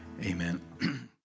Amen